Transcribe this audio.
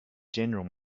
general